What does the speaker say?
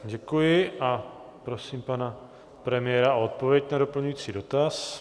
Děkuji a prosím pana premiéra o odpověď na doplňující dotaz.